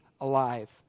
alive